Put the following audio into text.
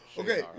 Okay